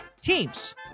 teams